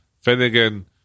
Finnegan